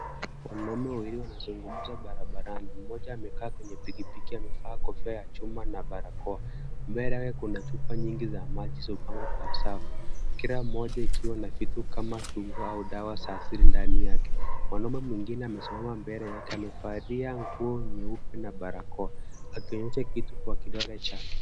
Wanaume wawili wanazungumza barabarani. Mmoja amekaa kwenye pikipiki amevaa kofia ya chuma na barakoa. Mbele kuna chupa nyingi za maji zilizopangwa kwa safu, kila moja ikiwa na vitu kama viungo au dawa za asili ndani yake. Mwanaume mwingine amesimama mbele yake, amevalia nguo nyeupe na barakoa, akionyesha kitu kwa kidole chake.